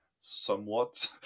Somewhat